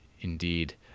Indeed